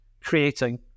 creating